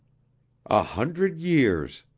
a hundred years!